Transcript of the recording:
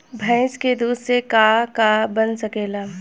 भइस के दूध से का का बन सकेला?